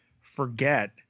Forget